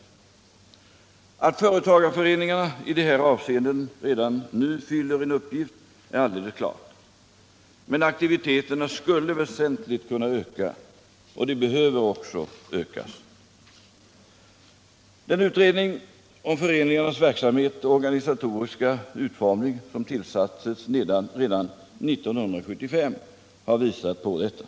Nr 56 Att företagarföreningarna i dessa avseenden redan nu fyller en uppgift Lördagen den är alldeles klart, men aktiviteterna skulle väsentligt kunna öka, och de 17 decemiber 1977 behöver också ökas. Den utredning om föreningarnas verksamhet och = organisatoriska utformning som tillsattes redan 1975 har visat på detta.